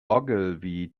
ogilvy